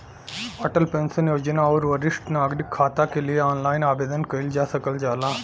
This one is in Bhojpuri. अटल पेंशन योजना आउर वरिष्ठ नागरिक खाता के लिए ऑनलाइन आवेदन कइल जा सकल जाला